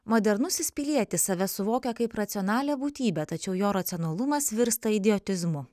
modernusis pilietis save suvokia kaip racionalią būtybę tačiau jo racionalumas virsta idiotizmu